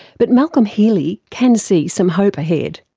but malcolm healey can see some hope ahead.